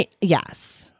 yes